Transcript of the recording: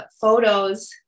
photos